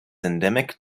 endemic